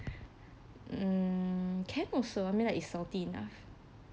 mm can also I mean like it's salty enough